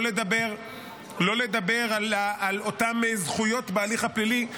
לא לדבר על אותן זכויות בהליך הפלילי.